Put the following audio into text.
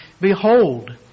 Behold